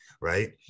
right